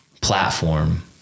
platform